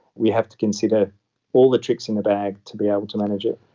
we have to consider all the tricks in the bag to be able to manage it.